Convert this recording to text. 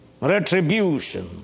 retribution